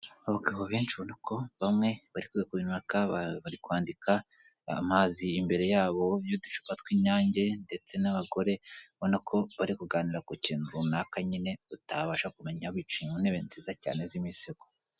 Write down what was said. Abagabo benshi ubona ko bamwe bariyuka bari kwandika, amazi imbere yabo y'uducupa tw'inyange ndetse n'abagore ubona ko bari kuganira ku kintu runaka nyine utabasha kumenya, bici mu ku ntebe nziza cyane z'imisego.